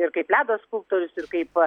ir kaip ledo skulptorius ir kaip